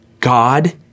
God